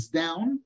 down